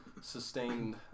Sustained